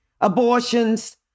abortions